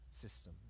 system